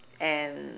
and